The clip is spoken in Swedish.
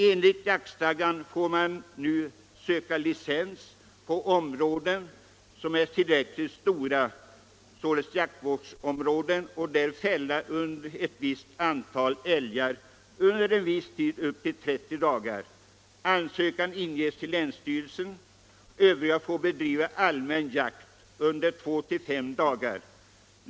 Enligt jaktstadgan får man nu söka licens på jaktvårdsområden som är tillräckligt stora s.k. jaktvårdsområden och där fälla ett visst antal älgar under en viss tid, upp till 30 dagar. Ansökan inges till länsstyrelsen. Övriga älgjägare får bedriva allmän jakt under två-fem dagar.